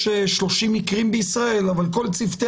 יש 30 מקרים בישראל אבל יש את כל צוותי